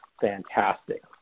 fantastic